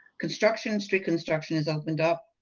construction, street construction has opened up,